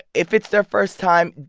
if it's their first time,